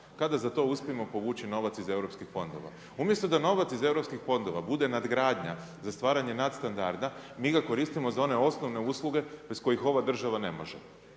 kada za to uspijemo povući novac iz europskih fondova. Umjesto da novac iz europskih fondova bude nadgradnja za stvaranje nadstandarda, mi ga koristimo za one osnovne usluge bez kojih ova država ne može.